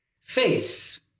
Face